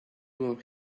were